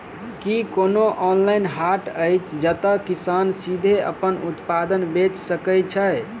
की कोनो ऑनलाइन हाट अछि जतह किसान सीधे अप्पन उत्पाद बेचि सके छै?